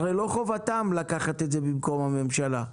הרי לא חובתם לקחת את זה במקום הממשלה,